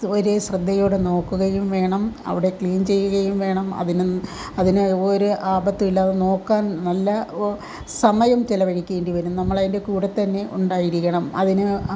ഒരേ ശ്രദ്ധയോടെ നോക്കുകയും വേണം അവിടെ ക്ലീൻ ചെയ്യുകയും വേണം അതിന് അതിന് ഒരു ആപത്തുമില്ലാതെ നോക്കാൻ നല്ല സമയം ചെലവഴിക്കേണ്ടി വരും നമ്മൾ അതിൻ്റെ കൂടെത്തന്നെ ഉണ്ടായിരിക്കണം അതിന്